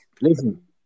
Listen